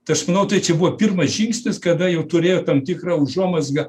tai aš manau tai čia buvo pirmas žingsnis kada jau turėjo tam tikrą užuomazgą